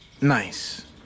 Nice